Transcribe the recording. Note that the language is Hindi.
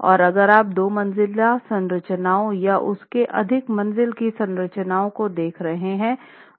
और अगर आप दो मंजिला संरचनाओं या उससे अधिक मंजिल की संरचनाओं को देख रहे हैं